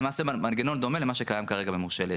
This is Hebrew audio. למעשה מנגנון דומה למה שקיים כרגע במורשה להיתר.